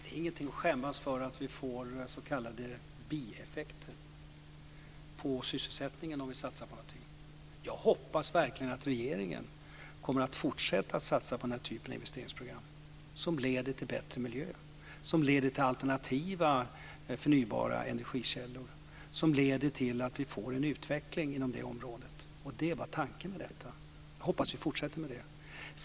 Herr talman! Det är ingenting att skämmas för att vi får s.k. bieffekter på sysselsättningen om vi satsar på någonting. Jag hoppas verkligen att regeringen kommer att fortsätta att satsa på den här typen av investeringsprogram, som leder till bättre miljö, som leder till alternativa, förnybara energikällor, som leder till att vi får en utveckling inom det området. Det var tanken med detta. Jag hoppas att vi fortsätter med det.